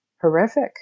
horrific